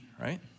right